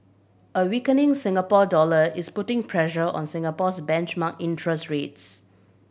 a weakening Singapore dollar is putting pressure on Singapore's benchmark interest rates